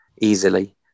easily